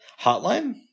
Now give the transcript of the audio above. hotline